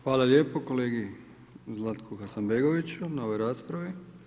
Hvala lijepo kolegi Zlatki Hasanbegoviću na ovoj raspravi.